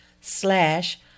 slash